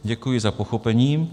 Děkuji za pochopení.